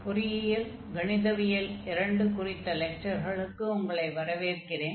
பொறியியல் கணிதவியல் II குறித்த லெக்சர்களுக்கு உங்களை வரவேற்கிறேன்